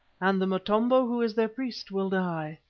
and the motombo, who is their priest, will die.